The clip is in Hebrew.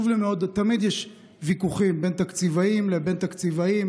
תמיד יש ויכוחים בין תקציבאים לבין תקציבאים,